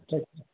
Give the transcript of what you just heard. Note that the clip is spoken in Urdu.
اچھا اچھا